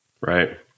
Right